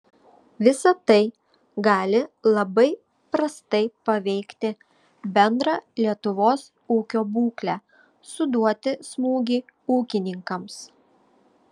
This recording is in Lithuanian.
visa tai gali labai prastai paveikti bendrą lietuvos ūkio būklę suduoti smūgį ūkininkams